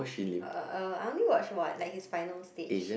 uh uh I only watch one like his final stage